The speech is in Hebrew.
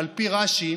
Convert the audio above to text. על פי רש"י,